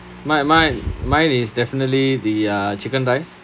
mine mine mine is definitely the uh chicken rice